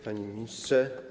Panie Ministrze!